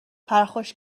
پرخاش